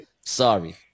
Sorry